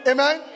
Amen